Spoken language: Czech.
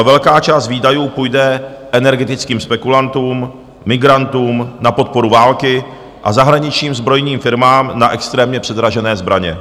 Velká část výdajů půjde energetickým spekulantům, migrantům, na podporu války a zahraničním zbrojním firmám na extrémně předražené zbraně.